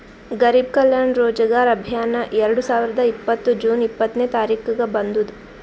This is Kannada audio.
ಗರಿಬ್ ಕಲ್ಯಾಣ ರೋಜಗಾರ್ ಅಭಿಯಾನ್ ಎರಡು ಸಾವಿರದ ಇಪ್ಪತ್ತ್ ಜೂನ್ ಇಪ್ಪತ್ನೆ ತಾರಿಕ್ಗ ಬಂದುದ್